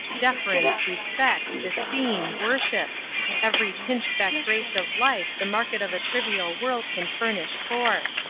deference, respect, esteem, worship every pinchbeck grace of life the market of a trivial world can furnish forth.